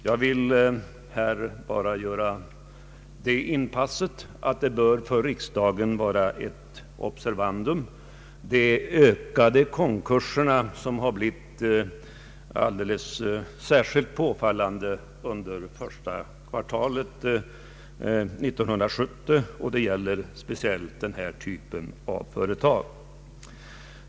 Jag vill här bara göra det inpasset att de ökade konkurserna som blivit särskilt påfallande under första kvartalet 1970, och det gäller speciellt denna typ av företag, bör vara ett observandum för riksdagen.